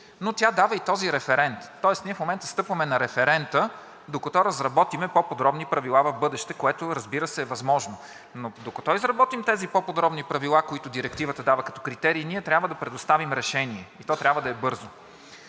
но тя дава и този референт. Ние в момента стъпваме на референта, докато разработим по-подробни правила в бъдеще, което, разбира се, е възможно. Но докато изработим тези по-подробни правила, които Директивата дава като критерии, ние трябва да предоставим решение и то трябва да е бързо.